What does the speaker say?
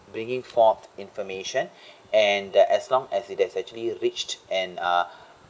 bringing forth information and that as long as it has actually reached and uh